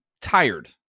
tired